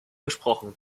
besprochen